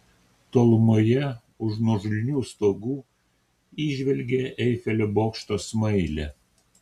tolumoje už nuožulnių stogų įžvelgė eifelio bokšto smailę